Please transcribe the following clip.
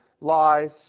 lies